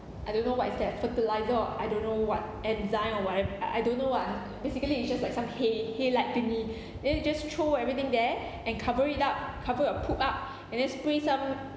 I don't know what is that fertiliser or I don't know what enzyme or whatever I don't know what basically it's just like some hay hay like thingy then you just throw everything there and cover it up cover your poop up and then spray some